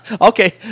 Okay